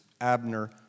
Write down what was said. Abner